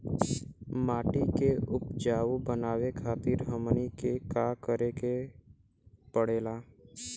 माटी के उपजाऊ बनावे खातिर हमनी के का करें के पढ़ेला?